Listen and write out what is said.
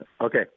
Okay